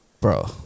bro